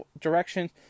direction